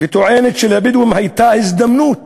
וטוענת שלבדואים הייתה ההזדמנות